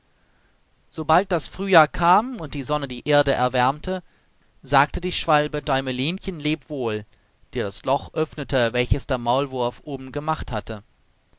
sobald das frühjahr kam und die sonne die erde erwärmte sagte die schwalbe däumelinchen lebewohl die das loch öffnete welches der maulwurf oben gemacht hatte